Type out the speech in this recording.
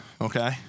okay